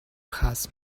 has